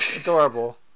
adorable